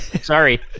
Sorry